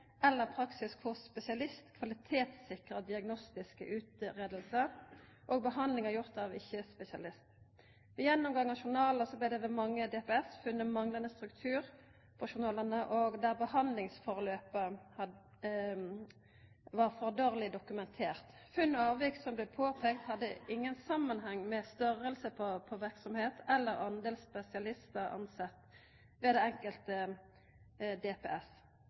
eller praksis der spesialist kvalitetssikra diagnostiske utgreiingar og behandlingar gjorde av ikkje-spesialist. Ved gjennomgang av journalar blei det ved mange DPS funne manglande struktur på journalane og at behandlingsgangen var for dårleg dokumentert. Funn og avvik som blei påpeikte, hadde ingen samanheng med størrelsen på verksemda eller delen av spesialistar tilsette ved det enkelte